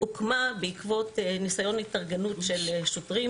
הוקמה בעקבות ניסיון התארגנות של שוטרים